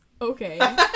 Okay